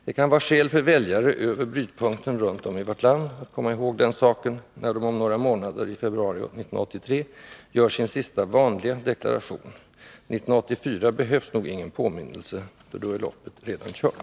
Det kan vara skäl för väljare över brytpunkten runt om i vårt land att komma ihåg den saken, när de om några månader, i februari 1983, gör sin sista ”vanliga” deklaration. 1984 behövs nog ingen påminnelse. Då är loppet redan kört.